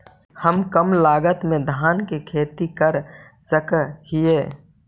हम कम लागत में धान के खेती कर सकहिय?